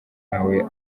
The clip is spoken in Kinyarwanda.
ntawe